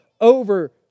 over